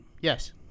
Yes